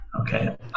Okay